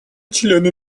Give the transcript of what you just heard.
члены